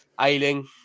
Ailing